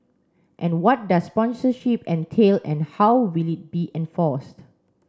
and what does sponsorship entail and how will it be enforced